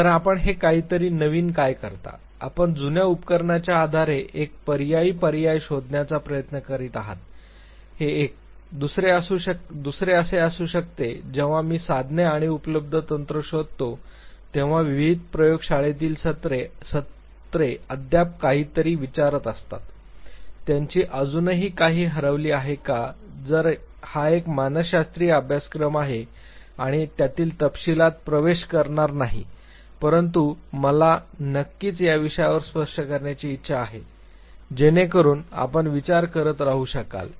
तर आपण हे काहीतरी नवीन काय करता आपण जुन्या उपकरणाच्या आधारे एक पर्यायी पर्याय शोधण्याचा प्रयत्न करीत आहात हे एक दुसरे असू शकते जेव्हा मी साधने आणि उपलब्ध तंत्र शोधतो तेव्हा विविध प्रयोगशाळेतील सत्रे अद्याप काहीतरी विचारत असतात त्यांची अजूनही काही हरवली आहे का जरी हा एक मानसशास्त्रीय अभ्यासक्रम आहे आणि त्यातील तपशिलात प्रवेश करणार नाही परंतु मला नक्कीच त्या विषयांवर स्पर्श करण्याची इच्छा आहे जेणेकरुन आपण विचार करत राहू शकाल